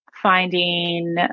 Finding